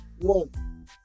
One